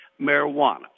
marijuana